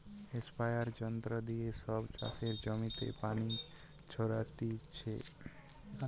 স্প্রেযাঁর যন্ত্র দিয়ে সব চাষের জমিতে পানি ছোরাটিছে